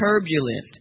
turbulent